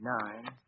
nine